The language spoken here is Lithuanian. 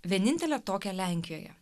vienintelę tokią lenkijoje